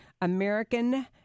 American